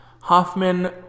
Hoffman